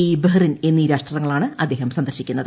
E Bahrain എന്നീ രാഷ്ട്രങ്ങളാണ് അദ്ദേഹം സന്ദർശിക്കുന്നത്